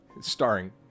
Starring